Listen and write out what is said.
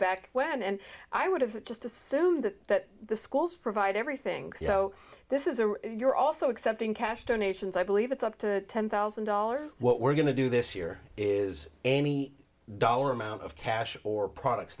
back when and i would have just assumed that the schools provide everything so this is a you're also accepting cash donations i believe it's up to ten thousand dollars what we're going to do this year is any dollar amount of cash or products